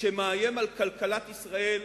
שמאיים על כלכלת ישראל